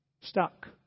stuck